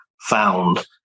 found